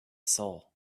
soul